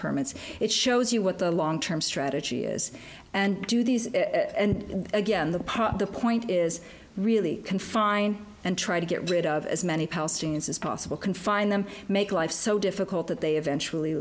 permits it shows you what the long term strategy is and do these and again the part of the point is really confined and try to get rid of as many palestinians as possible can find them make life so difficult that they eventually